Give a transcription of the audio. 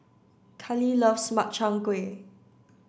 Kallie loves Makchang Gui